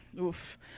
Oof